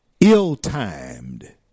ill-timed